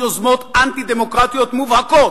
יוזמות אנטי-דמוקרטיות מובהקות,